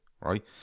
right